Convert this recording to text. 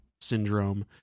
syndrome